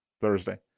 Thursday